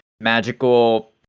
magical